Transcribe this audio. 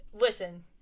Listen